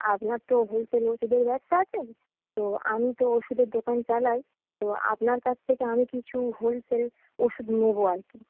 আপনার তো হোলসেল ওষুধের ব্যবসা আছে তো আমি তো ওষুধের দোকান চালাই তো আপনার কাছ থেকে আমি কিছু হোলসেল ওষুধ নেবো আর কি